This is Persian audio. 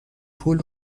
پول